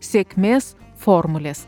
sėkmės formulės